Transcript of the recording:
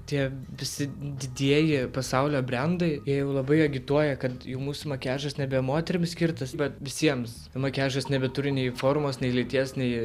tie visi didieji pasaulio brendai jie jau labai agituoja kad jų mūsų makiažas nebe moterims skirtas bet visiems makiažas nebeturi nei formos nei lyties nei